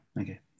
okay